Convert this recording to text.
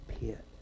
pit